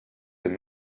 dem